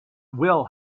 will